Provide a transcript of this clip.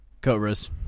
Cobras